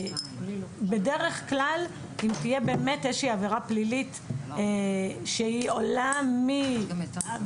בדרך כלל אם תהיה באמת איזושהי עבירה פלילית שהיא עולה מעבירות,